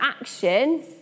action